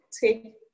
take